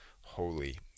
holy